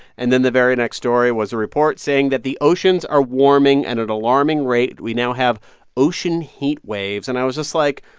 and then the very next story was a report saying that the oceans are warming and at an alarming rate. we now have ocean heat waves. and i was just, like,